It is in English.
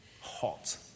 hot